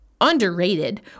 underrated